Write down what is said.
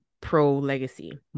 pro-legacy